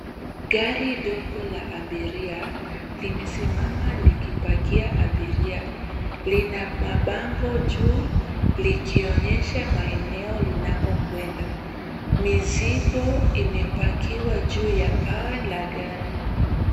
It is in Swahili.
Gari dogo la abiria limesimama likipakia abiria. Lina mabango juu likionyesha maeneo linakokwenda. Mizigo imepakiwa juu ya paa la gari.